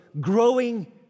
growing